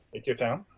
it's your turn.